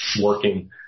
working